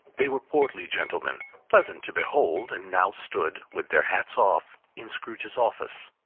they were portly gentlemen, pleasant to behold, and now stood, with their hats off, in scrooge's office.